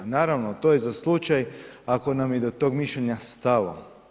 Naravno, to je za slučaj ako nam je do tog mišljenja stalo.